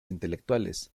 intelectuales